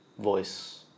Voice